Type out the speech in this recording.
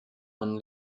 von